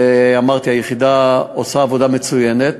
את זה אמרתי, היחידה עושה עבודה מצוינת.